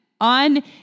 On